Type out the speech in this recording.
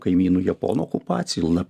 kaimynų japonų okupacijų na